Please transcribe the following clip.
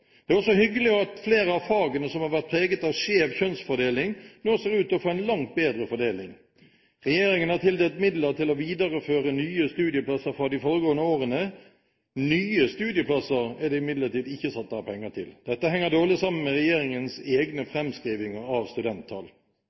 Det er også hyggelig at flere av fagene som har vært preget av skjev kjønnsfordeling, nå ser ut til å få en langt bedre fordeling. Regjeringen har tildelt midler til å videreføre nye studieplasser fra de foregående årene. Nye studieplasser er det imidlertid ikke satt av penger til. Dette henger dårlig sammen med regjeringens egne fremskrivinger av studenttall.